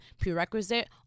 prerequisite